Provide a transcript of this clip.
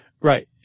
Right